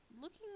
looking